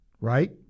right